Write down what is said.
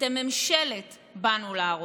אתם ממשלת "באנו להרוס".